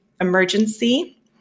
Emergency